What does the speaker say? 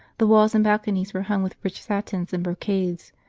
the walls and balconies were hung with rich satins and brocades,